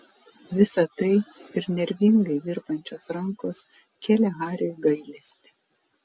visa tai ir nervingai virpančios rankos kėlė hariui gailestį